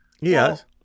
Yes